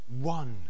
one